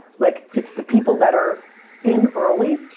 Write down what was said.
like it's the people that are in early.